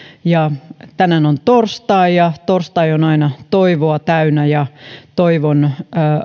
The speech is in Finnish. tänään on torstai ja torstai on aina toivoa täynnä toivon